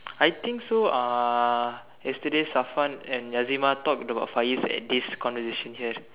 I think so uh yesterday Safwan and Yazima talked about Faiz at this conversation here